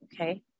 okay